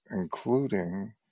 including